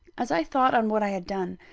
as i thought on what i had done,